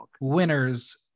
winner's